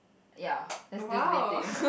ya